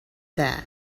that